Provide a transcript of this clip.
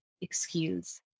excuse